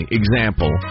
example